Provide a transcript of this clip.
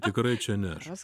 tikrai čia ne aš